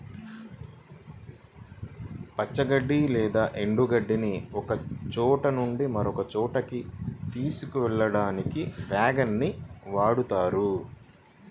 పచ్చి గడ్డి లేదా ఎండు గడ్డిని ఒకచోట నుంచి మరొక చోటుకి తీసుకెళ్ళడానికి వ్యాగన్ ని వాడుతారు